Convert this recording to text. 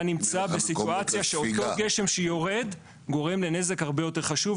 אתה נמצא בסיטואציה שאותו גשם שיורד גורם לנזק הרבה יותר חשוב,